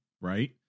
right